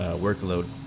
workflow